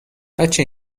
بچه